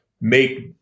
make